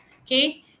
okay